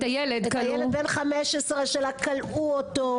את הילד בן ה-15 שלה כלאו אותו,